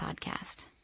podcast